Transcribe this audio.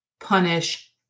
punish